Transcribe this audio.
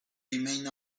remain